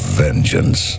vengeance